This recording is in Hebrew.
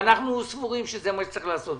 אנחנו סבורים שזה מה שצריך לעשות.